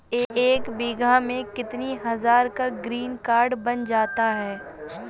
एक बीघा में कितनी हज़ार का ग्रीनकार्ड बन जाता है?